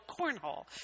cornhole